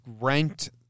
ranked